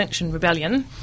Rebellion